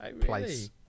place